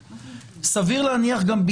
סביר להניח שהרשות המקומית,